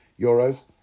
euros